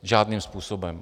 Žádným způsobem!